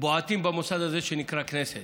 ובועטים במוסד הזה שנקרא כנסת.